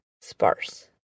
sparse